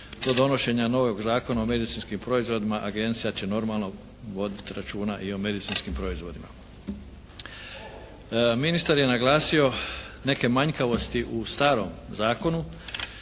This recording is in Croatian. da donošenja novog Zakona o medicinskim proizvodima agencija će normalno voditi računa i o medicinskim proizvodima. Ministar je naglasio neke manjkavosti u starom zakonu